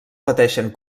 pateixen